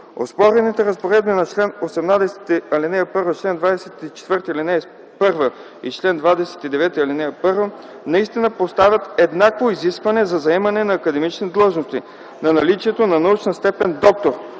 Оспорените разпоредби на чл. 18, ал. 1, чл. 24, ал. 1, и чл. 29, ал. 1, наистина поставят еднакво изискване за заемане на академични длъжности на наличието на научната степен „доктор”,